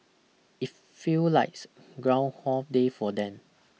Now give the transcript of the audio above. it feel likes groundhog day for them